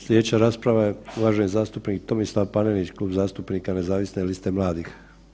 Slijedeća rasprava je uvaženi zastupnik Tomislav Panenić, Klub zastupnika nezavisne liste mladih.